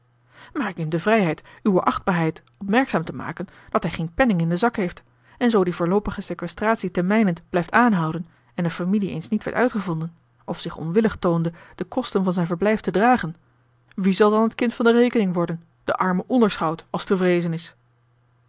maar ik neem de vrijheid uwe achtbaarheid opmerkzaam te maken dat hij geen penning in den zak heeft en zoo die voorloopige sequestratie te mijnent blijft aanhouden en de familie eens niet werd uitgevonden of zich onwilllig toonde de kosten van zijn verblijf te dragen wie zal dan het kind van de rekening worden de arme onderschout als te vreezen is